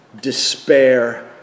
Despair